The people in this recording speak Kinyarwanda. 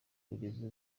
kugeza